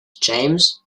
james